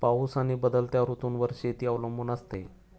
पाऊस आणि बदलत्या ऋतूंवर शेती अवलंबून असते